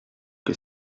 que